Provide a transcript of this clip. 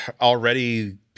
already